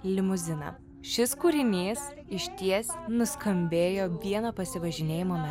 limuziną šis kūrinys išties nuskambėjo vieno pasivažinėjimo